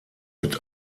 mit